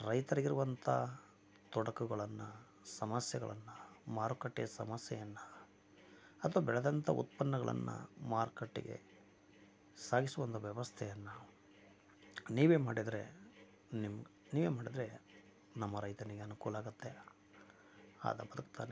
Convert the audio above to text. ರೈತರಿಗಿರುವಂತ ತೊಡಕುಗಳನ್ನು ಸಮಸ್ಯೆಗಳನ್ನು ಮಾರುಕಟ್ಟೆಯ ಸಮಸ್ಯೆಯನ್ನು ಆತ ಬೆಳೆದಂತ ಉತ್ಪನ್ನಗಳನ್ನು ಮಾರುಕಟ್ಟೆಗೆ ಸಾಗಿಸುವ ಒಂದು ವ್ಯವಸ್ಥೆಯನ್ನು ನೀವೇ ಮಾಡಿದರೆ ನಿಮ್ಮ ನೀವೇ ಮಾಡಿದರೆ ನಮ್ಮ ರೈತನಿಗೆ ಅನುಕೂಲ ಆಗುತ್ತೆ ಆತ ಬದುಕ್ತಾನೆ